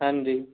ਹਾਂਜੀ